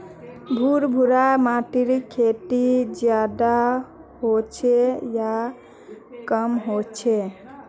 भुर भुरा माटिर खेती ज्यादा होचे या कम होचए?